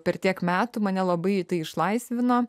per tiek metų mane labai tai išlaisvino